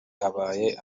amaze